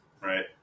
Right